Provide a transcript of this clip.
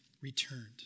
returned